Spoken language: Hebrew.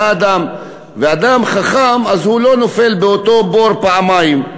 ואדם חכם לא נופל באותו בור פעמיים.